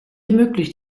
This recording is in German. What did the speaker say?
ermöglicht